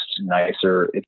nicer